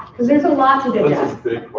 cause there's a lot to digest.